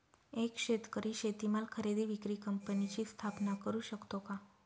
एक शेतकरी शेतीमाल खरेदी विक्री कंपनीची स्थापना करु शकतो का?